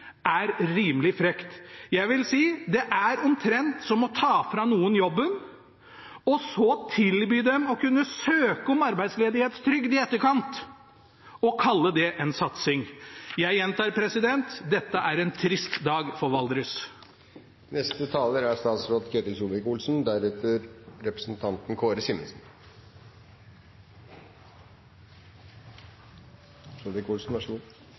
er rimelig frekt! Jeg vil si at det er omtrent som å ta fra noen jobben og så tilby dem å kunne søke om arbeidsledighetstrygd i etterkant. Jeg gjentar: Dette er en trist dag for Valdres.